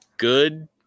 Good